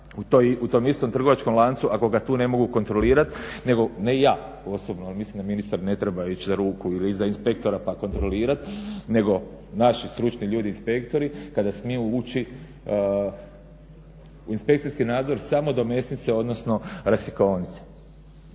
u tom istom trgovačkom lancu ako ga tu ne mogu kontrolirati nego, ne ja osobno jer mislim da ministar ne treba ići za ruku ili iza inspektora pa kontrolirati, nego naši stručni ljudi inspektori kada smiju ući u inspekcijski nadzor samo do mesnice odnosno rasjekaonice.